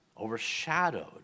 overshadowed